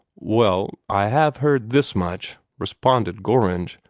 well, i have heard this much, responded gorringe.